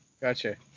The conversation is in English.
Gotcha